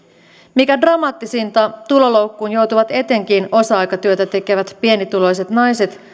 mikä dramaattisinta tuloloukkuun joutuvat etenkin osa aikatyötä tekevät pienituloiset naiset